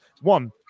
one